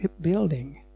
building